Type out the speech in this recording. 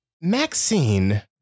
Maxine